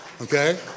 Okay